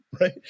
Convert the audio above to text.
right